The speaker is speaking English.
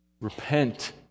repent